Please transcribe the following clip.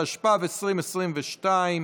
התשפ"ב 2022,